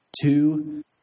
Two